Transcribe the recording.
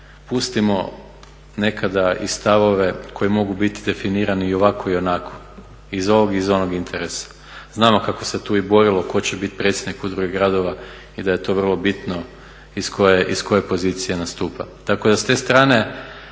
pustimo nekada i stavove koji mogu biti definirani i ovako i onako, iz ovog i iz onog interesa. Znamo kako se tu i borilo tko će biti predsjednik Udruge gradova i da je to vrlo bitno iz koje pozicije nastupa.